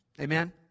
Amen